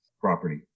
property